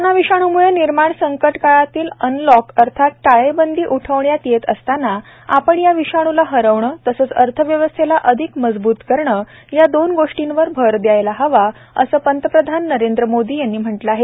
corona विषाणूम्ळे निर्माण संकटकाळातील अनलॉक अर्थात टाळेबंदी उठवण्यात येत असताना आपण या विषाणूला हरवणं तसंच अर्थव्यवस्थेला अधिक मजबूत करणं या दोन गोष्टींवर भर दयायला हवा असं पंतप्रधान नरेंद्र मोदी यांनी म्हटलं आहे